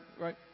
right